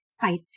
fight